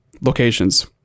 locations